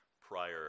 prior